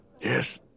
Yes